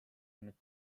öelnud